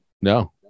No